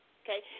okay